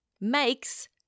makes